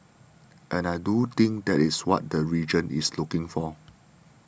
and I do think that is what the region is looking for